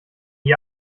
die